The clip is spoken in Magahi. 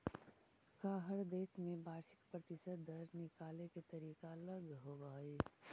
का हर देश में वार्षिक प्रतिशत दर निकाले के तरीका अलग होवऽ हइ?